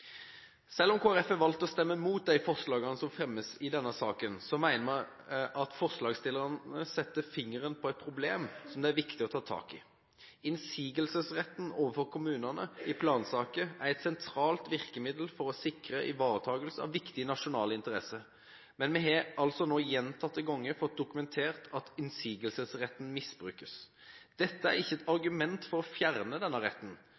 Selv om Kristelig Folkeparti har valgt å stemme imot de forslagene som fremmes i denne saken, mener vi at forslagsstillerne setter fingeren på et problem som det er viktig å ta tak i. Innsigelsesretten overfor kommunene i plansaker er et sentralt virkemiddel for å sikre ivaretakelse av viktige nasjonale interesser, men vi har altså nå gjentatte ganger fått dokumentert at innsigelsesretten misbrukes. Dette er ikke et argument for å fjerne denne retten,